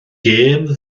gêm